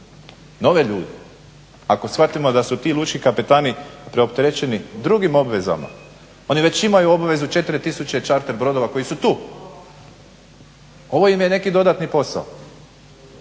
nove ljude, ako shvatimo da su ti lučki kapetani preopterećeni drugim obvezama, oni već imaju obvezu 4000 čarter brodova koji su tu. Ovo im je neki dodatni posao.